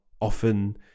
often